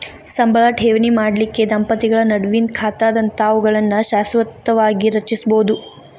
ಸಂಬಳ ಠೇವಣಿ ಮಾಡಲಿಕ್ಕೆ ದಂಪತಿಗಳ ನಡುವಿನ್ ಖಾತಾದಂತಾವುಗಳನ್ನ ಶಾಶ್ವತವಾಗಿ ರಚಿಸ್ಬೋದು